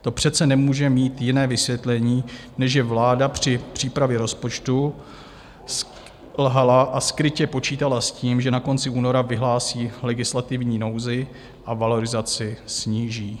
To přece nemůže mít jiné vysvětlení, než že vláda při přípravě rozpočtu selhala a skrytě počítala s tím, že na konci února vyhlásí legislativní nouzi a valorizaci sníží.